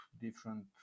different